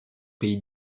pays